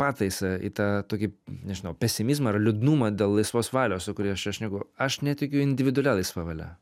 pataisą į tą tokį nežinau pesimizmą ar liūdnumą dėl laisvos valios su kuriuo aš aš šneku aš netikiu individualia laisva valia